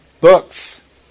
books